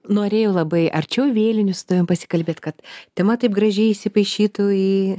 norėjau labai arčiau vėlinių su tavim pasikalbėt kad tema taip gražiai įsipaišytų į